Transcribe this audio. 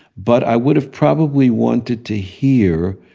but i would have probably wanted to hear,